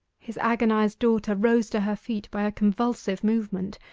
his agonized daughter rose to her feet by a convulsive movement.